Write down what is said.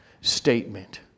statement